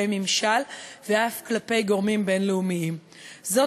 ממשל ואף כלפי גורמים בין-לאומיים; זאת,